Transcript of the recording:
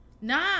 Nah